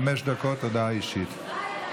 חמש דקות, הודעה אישית.